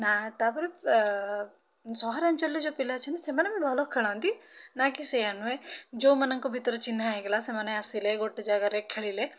ନା ତା'ପରେ ସହରାଞ୍ଚଳରେ ଯୋଉ ପିଲା ଅଛନ୍ତି ସେମାନେ ବି ଭଲଖେଳନ୍ତି ନା କି ସେୟା ନୁହେଁ ଯୋଉମାନଙ୍କ ଭିତରେ ଚିହ୍ନା ହେଇଗଲା ସେମାନେ ଆସିଲେ ଗୋଟେ ଜାଗାରେ ଖେଳିଲେ